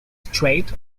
straight